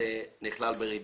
זה נכלל בריבית.